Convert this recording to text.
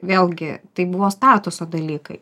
vėlgi tai buvo statuso dalykai